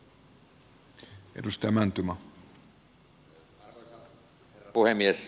arvoisa puhemies